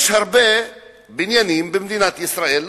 יש הרבה בניינים במדינת ישראל,